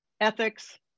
ethics